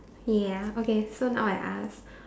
ya okay so now I ask